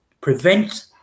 prevent